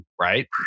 right